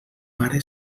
pare